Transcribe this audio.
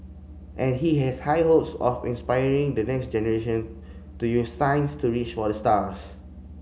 and he has high hopes of inspiring the next generation to use science to reach for the stars